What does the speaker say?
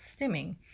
stimming